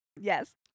Yes